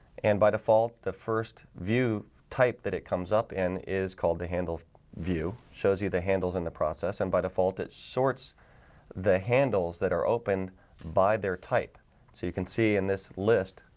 and by default the first view type that it comes up in is called the handles view shows you the handles in the process and by default it sorts the handles that are open by their type so you can see in this list.